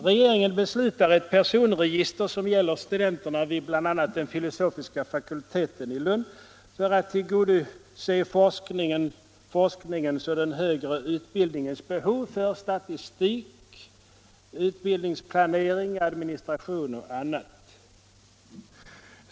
Regeringen beslutar om ett personregister, som gäller studenterna vid bl.a. den filosofiska fakulteten i Lund, för att tillgodose forskningens och den högre utbildningens behov av statistik, utbildningsplanering, administration och annat.